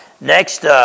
Next